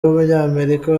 w’umunyamerika